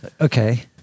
Okay